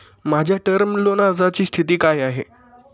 माझ्या term loan अर्जाची स्थिती काय आहे?